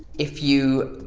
if you.